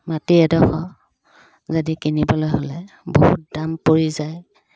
মাটি এডোখৰ যদি কিনিবলৈ হ'লে বহুত দাম পৰি যায়